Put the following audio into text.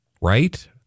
right